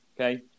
okay